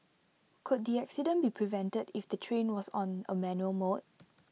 could the accident be prevented if the train was on A manual mode